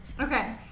okay